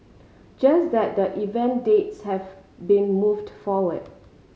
just that the event dates have been moved forward